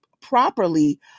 properly